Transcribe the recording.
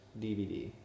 DVD